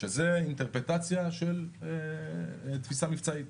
שזה אינטרפרטציה של תפיסה מבצעית.